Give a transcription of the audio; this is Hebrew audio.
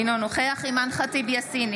אינו נוכח אימאן ח'טיב יאסין,